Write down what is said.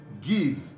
Give